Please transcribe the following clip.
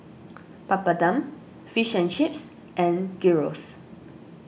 Papadum Fish and Chips and Gyros